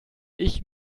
ich